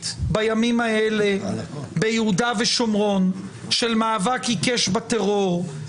בימים האלה ביהודה ושומרון של מאבק עיקש בטרור,